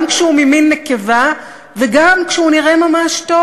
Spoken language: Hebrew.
גם כשהוא ממין נקבה וגם כשהוא נראה ממש טוב,